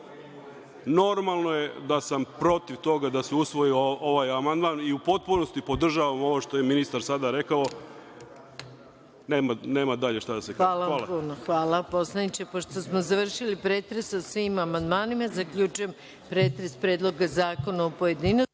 sluša. Normalno je da sam protiv toga da se usvoji ovaj amandman i u potpunosti podržavam ovo što je ministar sada rekao. Nema dalje šta da se kaže. **Maja Gojković** Pošto smo završili pretres o svim amandmanima, zaključujem pretres Predloga zakona u pojedinostima. Pošto